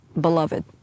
beloved